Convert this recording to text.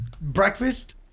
Breakfast